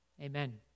Amen